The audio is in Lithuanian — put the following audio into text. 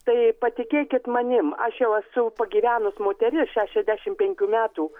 tai patikėkit manim aš jau esu pagyvenus moteris šešiasdešim penkių metų